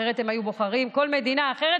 אחרת הם היו בוחרים כל מדינה אחרת.